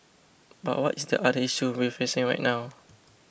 but what is the other issue we're facing right now